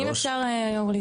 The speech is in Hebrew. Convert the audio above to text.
אם אפשר להתייחס,